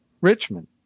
Richmond